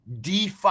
DeFi